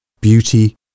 Beauty